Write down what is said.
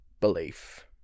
belief